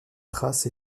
trace